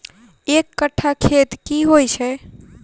एक कट्ठा खेत की होइ छै?